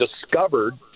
discovered